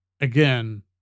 again